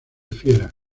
fieras